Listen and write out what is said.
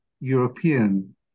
European